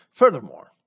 Furthermore